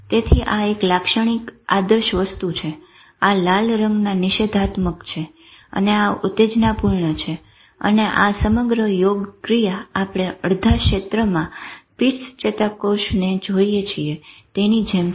તેથી આ એક લાક્ષણિક આદર્શ વસ્તુ છે આ લાલ રંગના નિષેધાત્મક છે અને આ ઉતેજનાપૂર્ણ છે અને આ સમગ્ર યોગક્રિયા આપણે અડધા ક્ષેત્રમાં પીટસ ચેતાકોષોને જોઈએ છીએ તેની જેમ છે